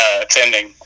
attending